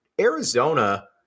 Arizona